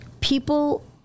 People